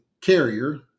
carrier